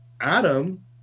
Adam